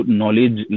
knowledge